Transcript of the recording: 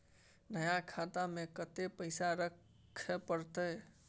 नया खाता में कत्ते पैसा रखे परतै?